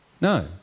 No